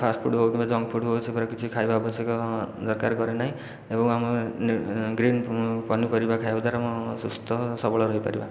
fast food ହେଉ କିମ୍ବା junk food ହେଉ ସେଗୁଡ଼ା ଖାଇବା କିଛି ଆବଶ୍ୟକ ଦରକର କରେ ନାହିଁ ଏବଂ ଆମେ ଗ୍ରୀନ ପନିପରିବା ଖାଇବା ଦ୍ଵାରା ଆମ ସୁସ୍ଥ ସବଳ ରହିପାରିବା